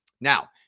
Now